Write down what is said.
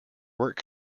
work